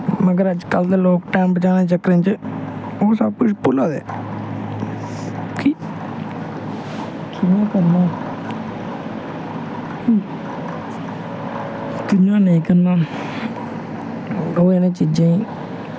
मगर अजकल दे लोग टाईम बचाने दे चक्करै च ओह् सब किश भुल्ला दे कि कि'यां करना कि'यां नेईं करना ओह् इ'नें चीजें गी